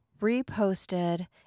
reposted